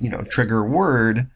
you know trigger word.